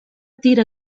tira